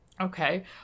okay